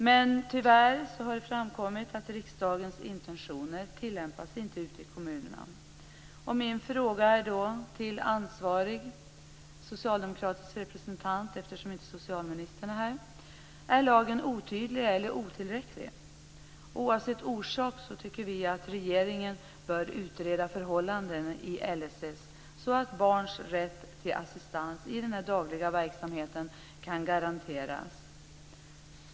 Men tyvärr har det framkommit att riksdagens intentioner inte tillämpas ute i kommunerna. Eftersom inte socialministern är här ställer jag min fråga till den ansvariga socialdemokratiska representanten. Är lagen otydlig eller otillräcklig? Oavsett orsak tycker vi att regeringen bör utreda förhållandena i LSS så att barns rätt till assistans i den dagliga verksamheten kan garanteras.